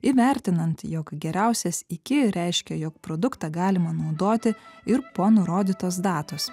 įvertinant jog geriausias iki reiškia jog produktą galima naudoti ir po nurodytos datos